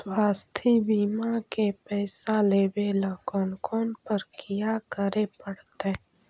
स्वास्थी बिमा के पैसा लेबे ल कोन कोन परकिया करे पड़तै?